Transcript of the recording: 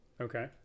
Okay